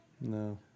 No